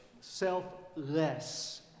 selfless